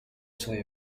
suoi